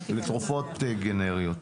לתרופות הגנריות.